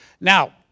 Now